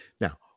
Now